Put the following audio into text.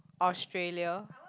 Australia